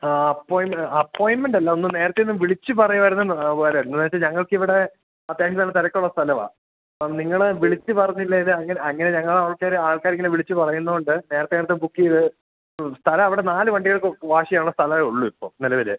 ആ അപ്പോയിൻമെൻറ്റല്ല ഒന്ന് നേരത്തെയൊന്ന് വിളിച്ച് പറയുകയായിരുന്നെങ്കില് ഉപകാരമായിരുന്നു എന്താണെന്നുവെച്ചാല് ഞങ്ങൾക്ക് ഇവിടെ അത്യാവശ്യം നല്ല തിരക്കുള്ള സ്ഥലമാണ് അപ്പോള് നിങ്ങള് വിളിച്ച് പറഞ്ഞില്ലെങ്കില് അങ്ങനെ ഞങ്ങൾക്ക് ആൾക്കാരിങ്ങനെ വിളിച്ച് പറയുന്നതുകൊണ്ട് നേരത്തെകാലത്ത് ബുക്ക് ചെയ്ത് മ്മ് സ്ഥലം അവിടെ നാല് വണ്ടികൾക്ക് വാഷ് ചെയ്യാനുള്ള സ്ഥലമേയുള്ളൂ ഇപ്പം നിലവില്